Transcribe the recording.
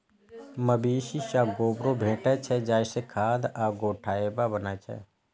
मवेशी सं गोबरो भेटै छै, जइसे खाद आ गोइठा बनै छै